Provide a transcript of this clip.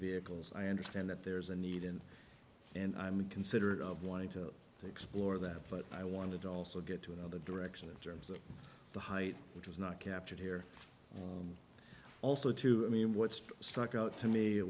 vehicles i understand that there is a need in and i'm considerate of wanting to explore that but i wanted to also get to another direction in terms of the height which was not captured here also too i mean what's stuck out to me it